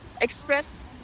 express